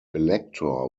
elector